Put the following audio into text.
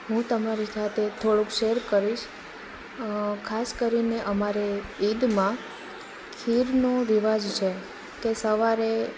હું તમારી સાથે થોડુંક શેર કરીશ ખાસ કરીને અમારે ઈદમાં ખીરનો રિવાજ છે તે સવારે